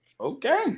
Okay